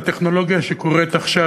הטכנולוגיה שקורית עכשיו,